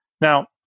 Now